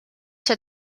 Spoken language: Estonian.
see